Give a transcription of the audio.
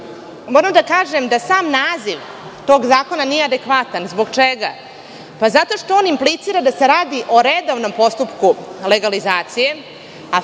da kažem da sam naziv tog zakona nije adekvatan. Zbog čega? Zato što on implicira da se radi o redovnom postupku legalizacije,